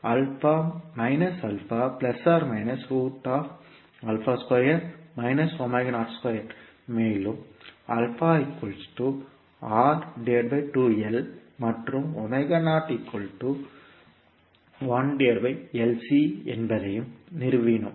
மேலும் மற்றும் என்பதையும் நிறுவினோம்